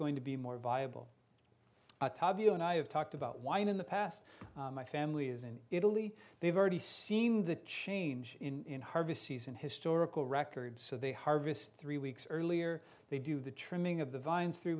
going to be more viable tabio and i have talked about wine in the past my family is in italy they've already seen the change in harvest season historical record so they harvest three weeks earlier they do the trimming of the vines three